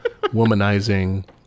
womanizing